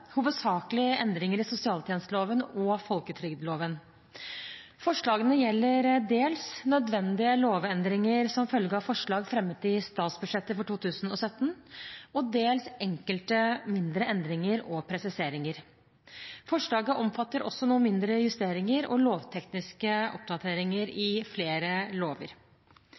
statsbudsjettet for 2017 og dels enkelte mindre endringer og presiseringer. Forslaget omfatter også noen mindre justeringer og lovtekniske oppdateringer i flere lover.